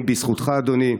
האחרונים, בזכותך, אדוני.